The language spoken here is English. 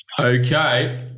Okay